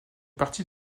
partie